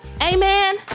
Amen